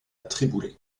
triboulet